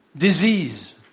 disease,